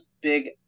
Big